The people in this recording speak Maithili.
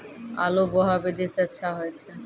आलु बोहा विधि सै अच्छा होय छै?